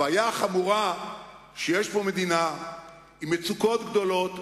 הבעיה החמורה היא שיש פה מדינה עם מצוקות גדולות,